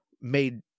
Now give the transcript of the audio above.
made—